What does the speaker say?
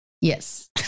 Yes